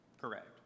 Correct